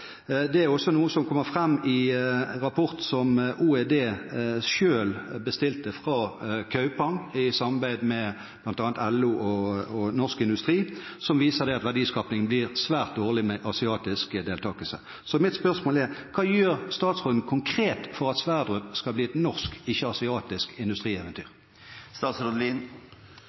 Det er også noe som kommer fram i en rapport som OED selv bestilte fra Kaupang i samarbeid med bl.a. LO og Norsk Industri, som viser at verdiskapingen blir svært dårlig med asiatisk deltakelse. Mitt spørsmål er: Hva gjør statsråden konkret for at Sverdrup skal bli et norsk, ikke et asiatisk, industrieventyr?